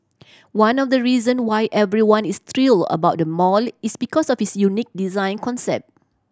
one of the reason why everyone is thrilled about the mall is because of its unique design concept